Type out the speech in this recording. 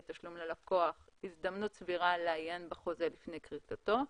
תשלום ללקוח הזדמנות סבירה לעיין בחוזה לפני כריתתו.